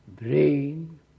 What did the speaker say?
brain